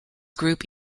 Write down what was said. group